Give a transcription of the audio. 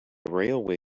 railway